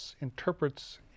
interprets